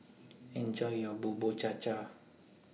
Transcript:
Enjoy your Bubur Cha Cha